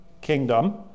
kingdom